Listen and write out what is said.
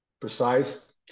precise